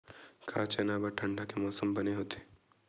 का चना बर ठंडा के मौसम बने होथे?